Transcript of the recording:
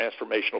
transformational